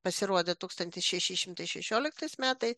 pasirodė tūkstantis šeši šimatai šešioliktais metais